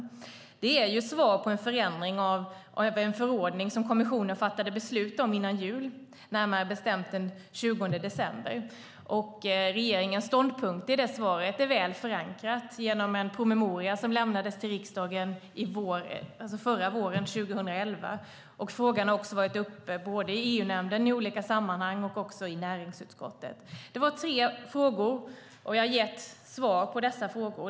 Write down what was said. Det är svar på en förändring av en förordning som kommissionen fattade beslut om före jul, den 20 december. Regeringens ståndpunkt i svaret är väl förankrad genom en promemoria som lämnades till riksdagen våren 2011. Frågan har varit uppe i olika sammanhang i EU-nämnden och i näringsutskottet. Det var tre frågor som jag har lämnat svar på.